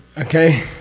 okay?